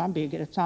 tid